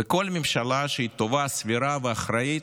וכל ממשלה שהיא טובה, סבירה ואחראית,